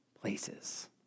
places